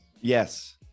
Yes